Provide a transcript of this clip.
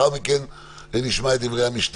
ולכן חשוב להכיר את האנשים ולכן חשובה ההתנהלות ושיקול הדעת.